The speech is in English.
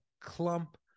clump